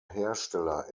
hersteller